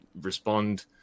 respond